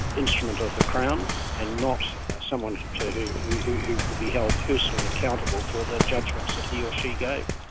instrument of the crown and not someone who could be held personally accountable for the judgments that he or she gave.